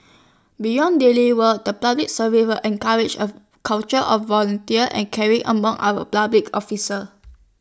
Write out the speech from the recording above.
beyond daily work the public survive encourage A culture of volunteer and caring among our public officer